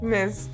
Miss